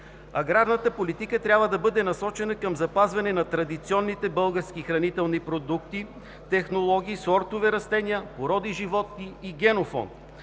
аграрната политика трябва да бъде насочена към запазване на традиционните български хранителни продукти, технологии, сортове растения, породи животни и генофонд.